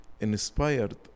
inspired